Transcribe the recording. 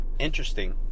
Interesting